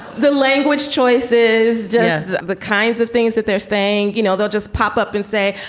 the language choice is just the kinds of things that they're saying. you know, they'll just pop up and say,